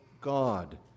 God